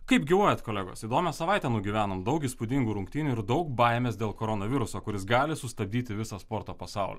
kaip gyvuojat kolegos įdomią savaitę nugyvenom daug įspūdingų rungtynių ir daug baimės dėl koronaviruso kuris gali sustabdyti visą sporto pasaulį